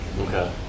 Okay